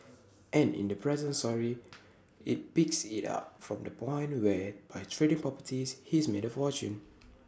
and in the present story IT picks IT up from the point where by trading properties he's made A fortune